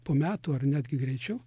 po metų ar netgi greičiau